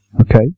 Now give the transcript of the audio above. Okay